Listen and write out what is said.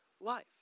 life